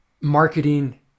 marketing